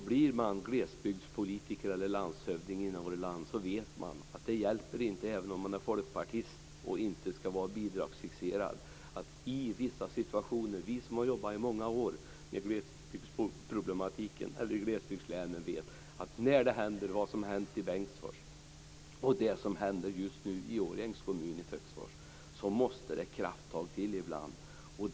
Har man varit glesbygdspolitiker eller landshövding i Norrland vet man att det inte hjälper att vara folkpartist och inte så bidragsfixerad. Vi som har jobbat i många år i glesbygdslänen vet att när det händer det som har hänt i Bengtsfors och det som just nu händer i Töcksfors i Årjängs kommun måste det till krafttag.